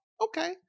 Okay